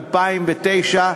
2009,